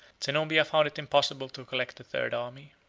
zenobia found it impossible to collect a third army.